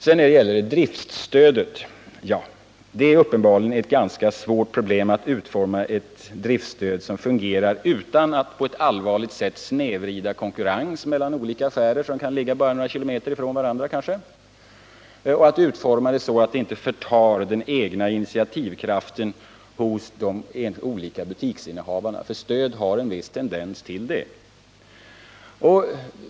Det är sedan uppenbarligen ett ganska svårt problem att utforma ett driftstöd som fungerar utan att allvarligt snedvrida konkurrensen mellan affärer som kanske ligger bara några kilometer ifrån varandra och att utforma det så att det inte förtar den egna initiativkraften hos de olika butiksinnehavarna — stöd har en viss tendens att göra det.